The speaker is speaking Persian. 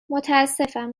متاسفم